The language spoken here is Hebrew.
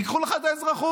ייקחו לך את האזרחות.